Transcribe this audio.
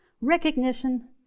recognition